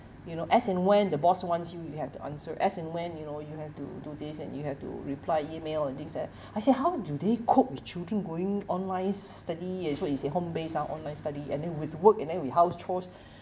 you know as in when the boss wants you you have to answer as in when you know you have to do this and you have to reply email and things like that I said how do they cope with children going online study as what you say home based lah online study and then with work and then with house chores